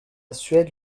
suède